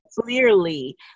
clearly